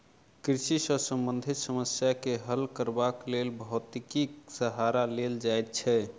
कृषि सॅ संबंधित समस्या के हल करबाक लेल भौतिकीक सहारा लेल जाइत छै